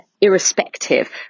irrespective